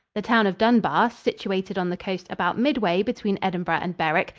the town of dunbar, situated on the coast about midway between edinburgh and berwick,